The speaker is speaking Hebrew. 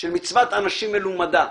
של מצוות אנשים מלומדה,